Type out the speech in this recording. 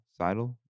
Seidel